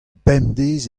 bemdez